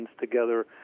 together